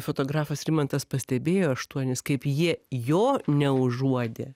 fotografas rimantas pastebėjo aštuonis kaip jie jo neužuodė